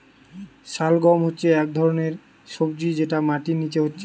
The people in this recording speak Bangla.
শালগাম হচ্ছে একটা ধরণের সবজি যেটা মাটির নিচে হচ্ছে